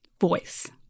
voice